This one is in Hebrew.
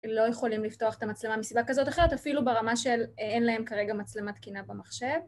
לא יכולים לפתוח את המצלמה מסיבה כזאת או אחרת, אפילו ברמה של אין להם כרגע מצלמת תקינה במחשב.